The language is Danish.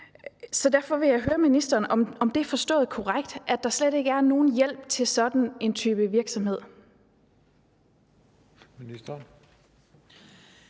år. Derfor vil jeg høre ministeren, om det er forstået korrekt, at der slet ikke er nogen hjælp til sådan en type virksomhed.